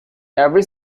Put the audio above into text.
every